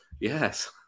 yes